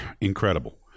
incredible